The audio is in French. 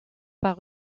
par